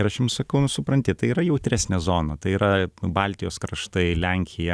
ir aš jam sakau nu supranti tai yra jautresnė zona tai yra baltijos kraštai lenkija